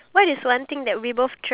oh ya